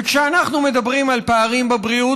וכשאנחנו מדברים על פערים בבריאות,